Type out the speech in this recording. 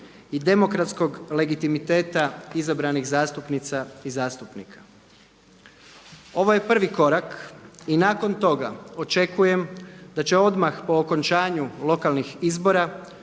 i demokratskog legitimiteta izabranih zastupnica i zastupnika. Ovo je prvi korak i nakon toga očekujem da će odmah po okončanju lokalnih izbora,